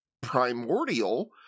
primordial